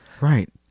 Right